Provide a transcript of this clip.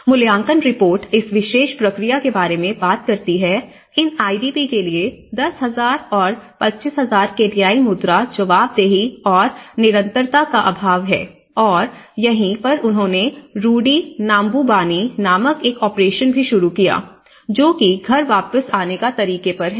मूल्यांकन रिपोर्ट इस विशेष प्रक्रिया के बारे में बात करती है कि इन आईडीपी के लिए 10000 और 25000 केन्याई मुद्रा जवाबदेही और निरंतरता का अभाव है और यहीं पर उन्होंने रुडी नाम्बुबानी नामक एक ऑपरेशन भी शुरू किया जो कि घर वापस आने का तरीके पर है